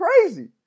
crazy